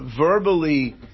verbally